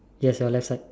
yes your left side